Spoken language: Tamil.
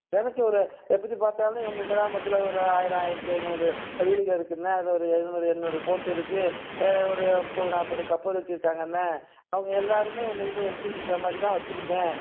எனக்கு ஒரு எப்படி பார்த்தாலும் எங்கள் கிராமத்தில் ஒரு ஆயிரம் ஆயிரத்தி ஐந்நூறு வீடுங்கள் இருக்குதுண்ண அதில் ஒரு எழுநூறு எண்ணூறு போட்டு இருக்குது முப்பது நாற்பது கப்பல் வச்சுருக்காங்கண்ண அவங்க எல்லோருமே என்க்கிட்ட எடுத்துகிட்ருக்க மாதிரி தான் வச்சுருக்கேன்